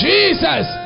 Jesus